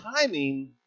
timing